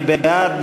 מי בעד?